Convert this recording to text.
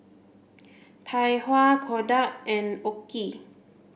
Tai Hua Kodak and OKI